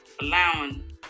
allowing